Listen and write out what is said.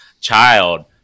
child